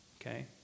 okay